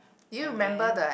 and there